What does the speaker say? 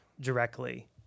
directly